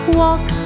walk